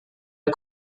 der